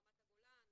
רמת הגולן,